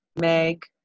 Meg